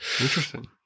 Interesting